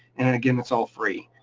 and again, it's all free.